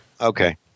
Okay